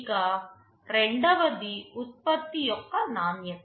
ఇక రెండవది ఉత్పత్తి యొక్క నాణ్యత